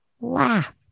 laugh